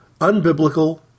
unbiblical